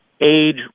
age